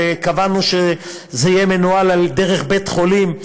קבענו שזה יהיה מנוהל על-ידי בית חולים.